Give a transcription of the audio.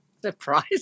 surprise